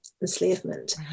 enslavement